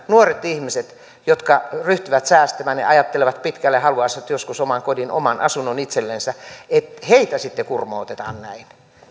nuoria ihmisiä jotka ryhtyvät säästämään ja ajattelevat pitkälle ja haluaisivat joskus oman kodin oman asunnon itsellensä sitten kurmotetaan näin